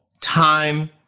time